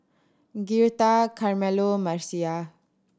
Girtha Carmelo Marcia